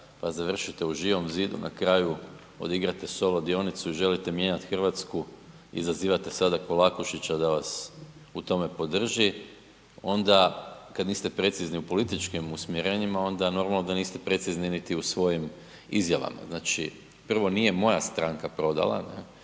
pa završite u Živom zidu, na kraju odigrate solo dionicu i želite mijenjati Hrvatsku, izazivate sada Kolakušića da vas u tome podrži, onda kad niste precizni u političkim usmjerenjima, onda normalno da niste precizni niti u svojim izjavama. Znači, prvo, nije moja stranka prodala